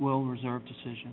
will reserve decision